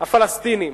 הפלסטינים.